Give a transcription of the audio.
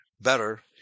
better